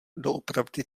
doopravdy